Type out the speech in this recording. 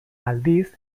aldiz